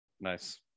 nice